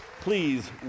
please